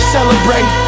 Celebrate